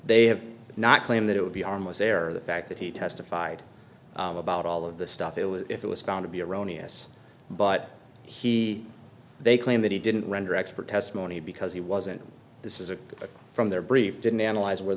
they have not claimed that it would be harmless error the fact that he testified about all of the stuff it was if it was found to be erroneous but he they claim that he didn't render expert testimony because he wasn't this is a from their brief didn't analyze where